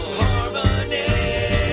harmony